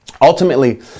Ultimately